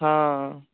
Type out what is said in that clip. ହଁ